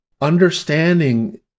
understanding